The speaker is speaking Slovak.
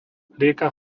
rieka